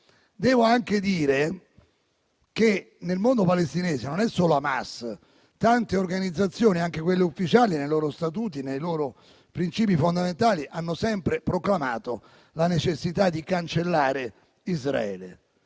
Devo anche dire che nel mondo palestinese non solo Hamas, ma tante organizzazioni anche ufficiali nei loro statuti e principi fondamentali hanno sempre proclamato la necessità di cancellare Israele.